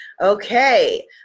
okay